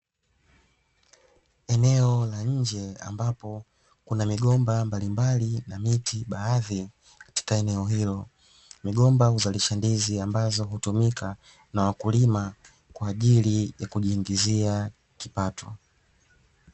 Eneo la nje ambapo kuna migomba mbalimbali na miti, baadhi katika eneo hilo. Migomba huzalisha ndizi ambazo hutumika na wakulima kwa ajili ya kujiingizia kipato.